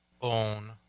own